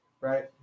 Right